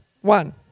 One